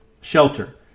Shelter